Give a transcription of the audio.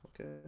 Okay